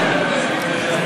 אני יכולה לכתוב לו את הנאום.